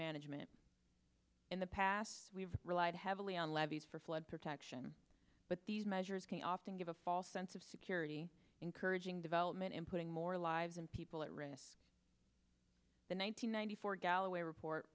management in the past we've relied heavily on levees for flood protection but these measures can often give a false sense of security encouraging development and putting more lives and people at risk the one thousand nine hundred four galloway report